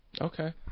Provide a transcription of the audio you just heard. Okay